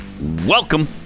Welcome